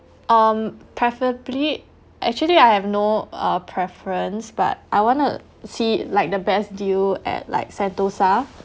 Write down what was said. um preferably actually I have no uh preference but I want to see like the best deal at like sentosa